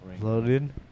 loaded